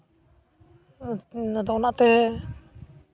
ᱟᱫᱚ ᱚᱱᱟᱛᱮ